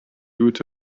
good